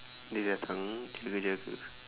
dia datang dia kejar aku